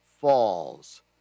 Falls